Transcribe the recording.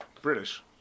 British